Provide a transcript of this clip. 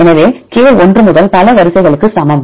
எனவே k ஒன்று முதல் பல வரிசைகளுக்கு சமம்